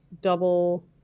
Double